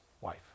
wife